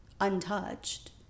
untouched